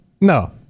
No